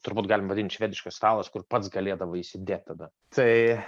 turbūt galim vadint švediškas stalas kur pats galėdavai įsidėt tada tai